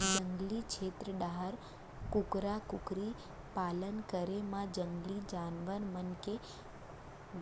जंगली छेत्र डाहर कुकरा कुकरी पालन करे म जंगली जानवर मन के